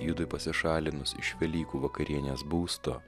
judui pasišalinus iš velykų vakarienės būsto